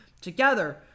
together